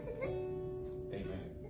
Amen